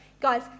Guys